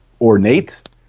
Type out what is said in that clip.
ornate